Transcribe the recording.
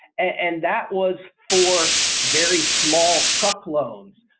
and that was for very small truck loans.